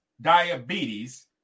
diabetes